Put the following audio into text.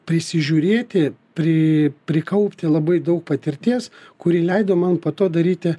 prisižiūrėti pri prikaupti labai daug patirties kuri leido man po to daryti